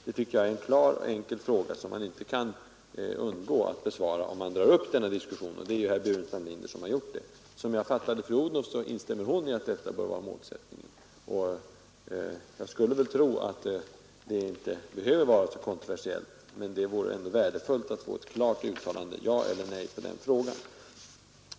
Det tycker jag är en klar och enkel fråga som man inte kan undgå att besvara, om man dragit upp denna diskussion, och det är herr Burenstam Linder som har gjort det. Som jag fattade fru Odhnoff instämmer hon i att detta bör vara målsättningen. Jag skulle tro att det inte behöver vara så kontroversiellt, men det vore värdefullt att få ett klart uttalande: Ja eller nej!